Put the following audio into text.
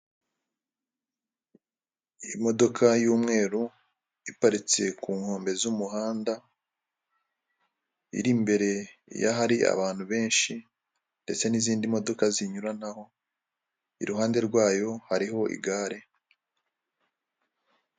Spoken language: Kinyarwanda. Imodoka y'umweru iparitse ku nkombe z'umuhanda, iri imbere y'ahari abantu benshi ndetse n'izindi modoka zinyuranaho, iruhande rwayo hariho igare.